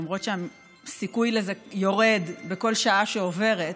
למרות שהסיכוי לזה יורד בכל שעה שעוברת,